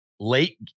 Late